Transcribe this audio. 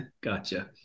Gotcha